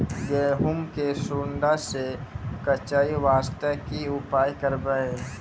गहूम के सुंडा से बचाई वास्ते की उपाय करबै?